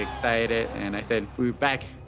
excited, and i said, we're back.